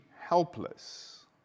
helpless